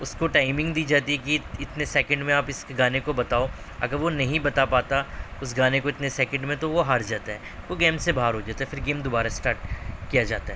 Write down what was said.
اس کو ٹائمنگ دی جاتی ہے کی اتنے سیکنڈ میں آپ اس گانے کو بتاؤ اگر وہ نہیں بتا پاتا اس گانے کو اتنے سیکنڈ میں تو وہ ہار جاتا ہے وہ گیم سے باہر ہو جاتا ہے پھر گیم دوبارہ اسٹارٹ کیا جاتا ہے